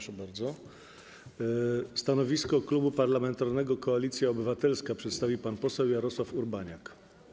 Stanowisko Klubu Parlamentarnego Koalicja Obywatelska przedstawi pan poseł Jarosław Urbaniak.